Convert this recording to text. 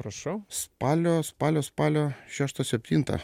prašau spalio spalio spalio šeštą septintą